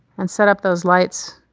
and set up those lights